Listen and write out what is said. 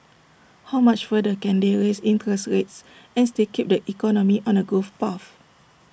how much further can they raise interest rates and still keep the economy on A growth path